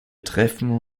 treffen